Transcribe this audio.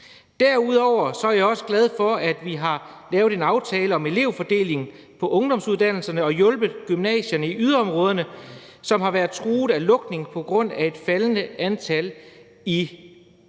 Derudover er jeg også glad for, at vi har lavet en aftale om elevfordeling på ungdomsuddannelserne og hjulpet gymnasierne i yderområderne, som har været truet af lukning på grund af et faldende elevtal i området.